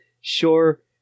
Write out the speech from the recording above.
sure